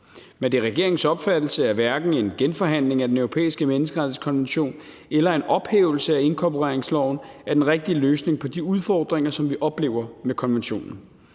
Men det er regeringens opfattelse, at hverken en genforhandling af Den Europæiske Menneskerettighedskonvention eller en ophævelse af inkorporeringsloven er den rigtige løsning på de udfordringer, som vi oplever med konventionen.